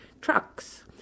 trucks